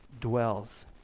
dwells